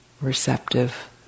receptive